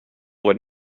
would